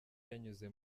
yanyuze